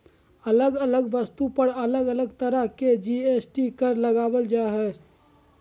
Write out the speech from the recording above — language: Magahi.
अलग अलग वस्तु पर अलग अलग तरह के जी.एस.टी कर लगावल जा हय